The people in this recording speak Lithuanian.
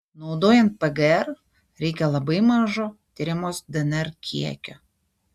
naudojant pgr reikia labai mažo tiriamos dnr kiekio